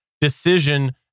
decision